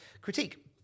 critique